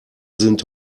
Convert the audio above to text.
sind